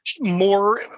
more